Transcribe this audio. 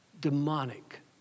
Demonic